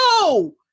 no